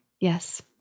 Yes